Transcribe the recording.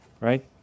Right